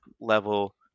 level